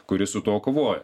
kuri su tuo kovoja